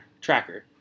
Tracker